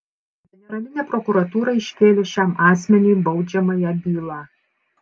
generalinė prokuratūra iškėlė šiam asmeniui baudžiamąją bylą